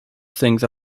things